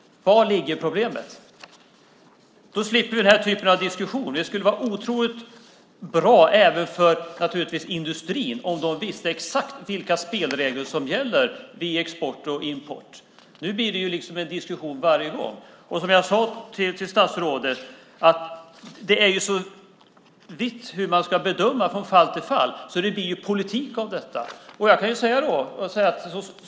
Var ligger problemet? Då skulle vi slippa den här typen av diskussion. Det skulle vara otroligt bra även för industrin om de visste exakt vilka spelregler som gäller vid export och import. Nu blir det en diskussion varje gång. Som jag sade till statsrådet skiljer det sig så mycket från fall till fall hur man ska bedöma detta att det blir politik av det.